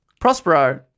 Prospero